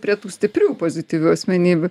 prie tų stiprių pozityvių asmenybių